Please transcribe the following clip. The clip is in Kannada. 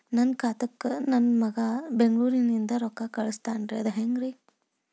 ನನ್ನ ಖಾತಾಕ್ಕ ನನ್ನ ಮಗಾ ಬೆಂಗಳೂರನಿಂದ ರೊಕ್ಕ ಕಳಸ್ತಾನ್ರಿ ಅದ ಹೆಂಗ್ರಿ?